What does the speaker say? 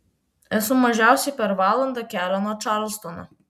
esu mažiausiai per valandą kelio nuo čarlstono